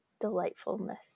delightfulness